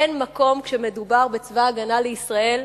אין מקום, כשמדובר בצבא-הגנה לישראל,